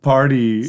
Party